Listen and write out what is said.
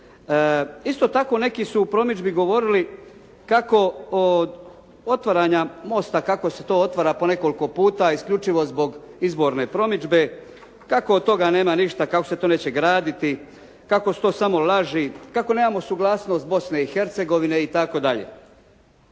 Isto tako neki su u promidžbi govorili kako od otvaranja mosta, kako se to otvara po nekoliko puta isključivo zbog promidžbe, kako od toga nema ništa, kako se to neće graditi, kako su to samo laži, kako nemamo suglasnost Bosne i Hercegovine itd.